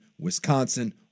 Wisconsin